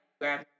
grab